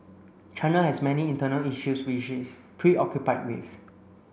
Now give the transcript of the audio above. China has many internal issues which it is preoccupied with